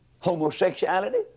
homosexuality